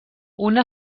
una